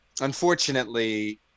unfortunately